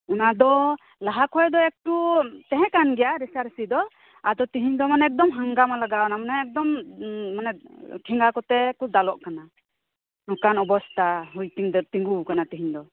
ᱚᱱᱟ ᱫᱚ ᱞᱟᱦᱟ ᱠᱷᱚᱡ ᱫᱚ ᱮᱠᱴᱩ ᱛᱟᱦᱮᱸ ᱠᱟᱱ ᱜᱮᱭᱟ ᱨᱮᱥᱟ ᱨᱮᱥᱤ ᱫᱚ ᱟᱫᱚ ᱛᱮᱦᱮᱧ ᱫᱚ ᱢᱟᱱᱮ ᱮᱠᱫᱚᱢ ᱦᱟᱝᱜᱟᱢᱟ ᱞᱟᱜᱟᱣᱱᱟ ᱢᱟᱱᱮ ᱮᱠᱫᱚᱢᱴᱷᱮᱸᱜᱟ ᱠᱚᱛᱮ ᱠᱚ ᱫᱟᱞᱚᱜ ᱠᱟᱱᱟ ᱱᱚᱝᱠᱟᱱ ᱚᱵᱚᱥᱛᱟ ᱦᱩᱭ ᱞᱟ ᱛᱤᱸᱜᱩᱣ ᱠᱟᱱᱟ ᱛᱮᱦᱮᱧ ᱫᱚ